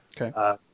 Okay